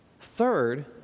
Third